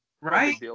Right